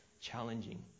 challenging